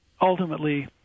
ultimately